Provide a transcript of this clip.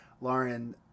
Lauren